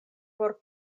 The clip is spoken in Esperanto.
por